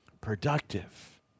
productive